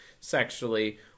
sexually